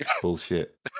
bullshit